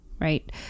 right